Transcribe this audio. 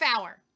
hour